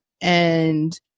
And-